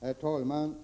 Herr talman!